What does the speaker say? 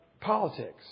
politics